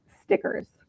stickers